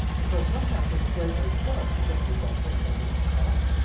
because lung cancer is a great way to go. you go to your doctor got a bit of a cough.